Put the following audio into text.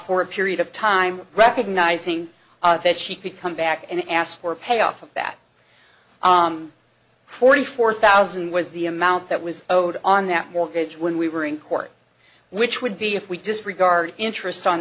for a period of time recognizing that she could come back and ask for a pay off that forty four thousand was the amount that was owed on that mortgage when we were in court which would be if we disregard interest on